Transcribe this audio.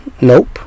Nope